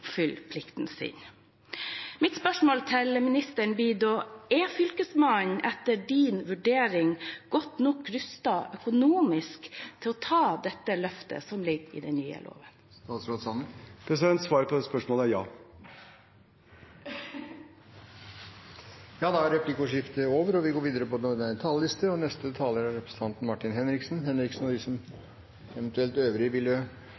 sin. Mitt spørsmål til ministeren blir da: Er Fylkesmannen etter statsrådens vurdering godt nok rustet økonomisk til å ta dette løftet som ligger i den nye loven? Svaret på dette spørsmålet er ja. Da er replikkordskiftet over. De talere som heretter får ordet, har en taletid på inntil 3 minutter. Det er et bredt engasjement mot mobbing både her og